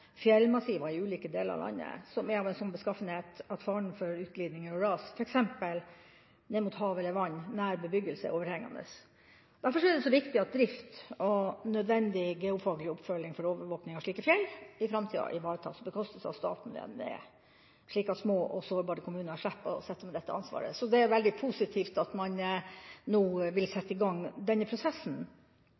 fjellmassiver i ulike deler av landet som er av en sånn beskaffenhet at faren for utglidninger og ras, f.eks. ned mot hav eller vann, nær bebyggelse, er overhengende. Derfor synes jeg det er viktig at drift og nødvendig geofaglig oppfølging for overvåkning av slike fjell i framtida ivaretas og bekostes av staten ved NVE, slik at små og sårbare kommuner slipper å sitte med dette ansvaret. Så det er veldig positivt at man nå vil sette